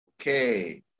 Okay